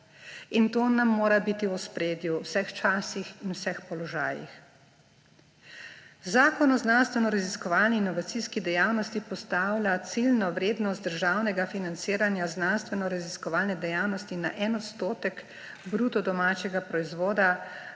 in to nam mora biti v ospredju v vseh časih in vseh položajih. Zakon o znanstvenoraziskovalni in inovacijski dejavnosti postavlja ciljno vrednost državnega financiranja znanstvenoraziskovalne dejavnosti na 1 % bruto domačega proizvoda